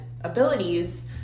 abilities